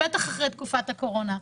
בטח אחרי תקופת הקורונה,